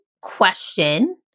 question